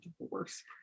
divorce